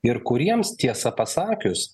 ir kuriems tiesą pasakius